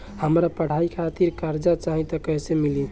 हमरा पढ़ाई खातिर कर्जा चाही त कैसे मिली?